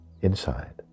inside